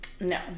No